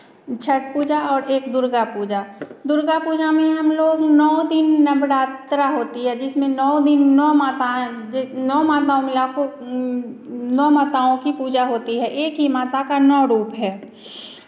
छठ पूजा और एक दुर्गा पूजा दुर्गा पूजा में हमलोग नौ दिन नवरात्रा होती है जिसमें नौ दिन नौ माताएँ नौ माताओं में आपको नौ माताओं की पूजा होती है एक ही माता का नौ रूप है